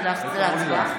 מפריע.